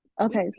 Okay